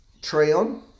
Treon